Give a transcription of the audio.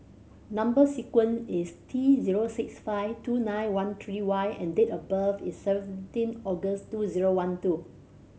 number sequence is T zero six five two nine one three Y and date of birth is seventeen August two zero one two